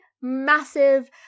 massive